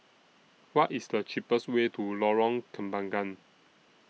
What IS The cheapest Way to Lorong Kembangan